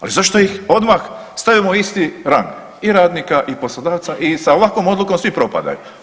Ali zašto ih odmah stavimo u isti rang i radnika i poslodavca i sa ovakvom odlukom svi propadaju.